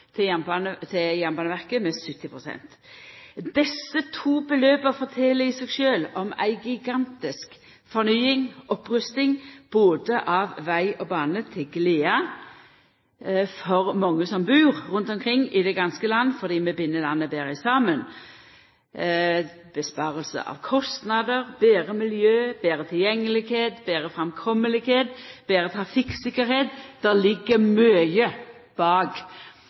med 70 pst. Desse to beløpa fortel i seg sjølve om ei gigantisk fornying og opprusting både av veg og bane, til glede for mange som bur rundt omkring i heile landet, fordi vi bind landet betre saman. Det blir innsparing av kostnader, betre miljø, betre tilgjengelegheit, betre framkommelegheit, betre trafikktryggleik – det ligg mykje arbeid bak